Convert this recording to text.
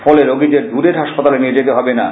ফলে রোগীদের দূরের হাসপাতালে নিয়ে যেতে হবেনা